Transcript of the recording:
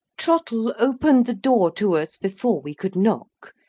trottle opened the door to us, before we could knock.